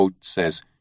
says